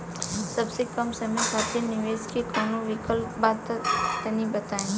सबसे कम समय खातिर निवेश के कौनो विकल्प बा त तनि बताई?